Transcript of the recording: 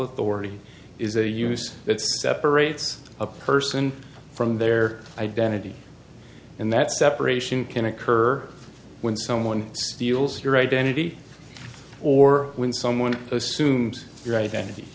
authority is a use that separates a person from their identity and that separation can occur when someone steals your identity or when someone assumes your identity